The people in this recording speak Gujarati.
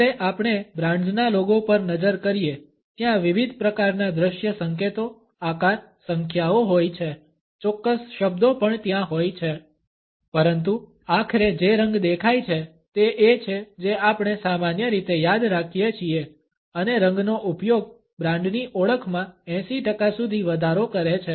ભલે આપણે બ્રાન્ડ્સના લોગો પર નજર કરીએ ત્યાં વિવિધ પ્રકારના દ્રશ્ય સંકેતો આકાર સંખ્યાઓ હોય છે ચોક્કસ શબ્દો પણ ત્યાં હોય છે પરંતુ આખરે જે રંગ દેખાય છે તે એ છે જે આપણે સામાન્ય રીતે યાદ રાખીએ છીએ અને રંગનો ઉપયોગ બ્રાન્ડની ઓળખમાં 80 ટકા સુધી વધારો કરે છે